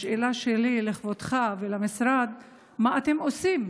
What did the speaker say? השאלה שלי לכבודך ולמשרד: מה אתם עושים?